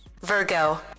Virgo